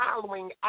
following